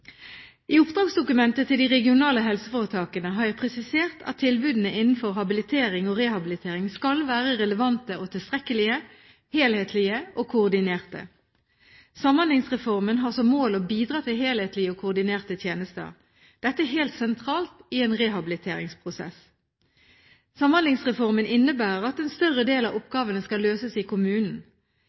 I oppdragsdokumentet til de regionale helseforetakene har jeg presisert at tilbudene innenfor habilitering og rehabilitering skal være relevante og tilstrekkelige, helhetlige og koordinerte. Samhandlingsreformen har som mål å bidra til helhetlige og koordinerte tjenester. Dette er helt sentralt i en rehabiliteringsprosess. Samhandlingsreformen innebærer at en større del av oppgavene skal løses i